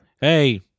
Hey